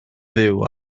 fyw